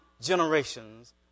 generations